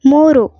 ಮೂರು